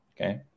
Okay